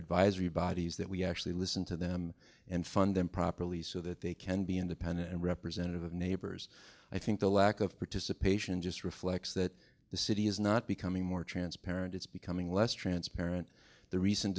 advisory bodies that we actually listen to them and fund them properly so that they can be independent and representative of neighbors i think the lack of participation just reflects that the city is not becoming more transparent it's becoming less transparent the recent